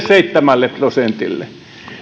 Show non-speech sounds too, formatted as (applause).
(unintelligible) seitsemälle prosentille